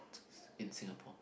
in Singapore